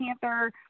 Panther